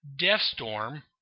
Deathstorm